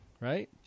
right